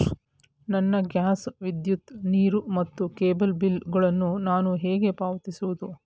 ನನ್ನ ಗ್ಯಾಸ್, ವಿದ್ಯುತ್, ನೀರು ಮತ್ತು ಕೇಬಲ್ ಬಿಲ್ ಗಳನ್ನು ನಾನು ಹೇಗೆ ಪಾವತಿಸುವುದು?